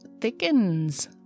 thickens